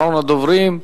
אחרון הדוברים,